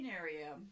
area